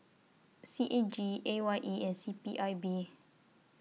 C A G A Y E and C P I B